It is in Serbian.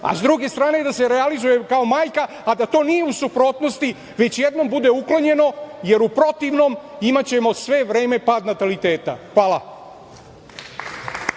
a s druge strane i da se realizuje kao majka, a da to nije u suprotnosti, već jednom bude uklonjeno, jer u protivnom, imaćemo sve vreme pad nataliteta. Hvala.